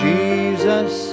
Jesus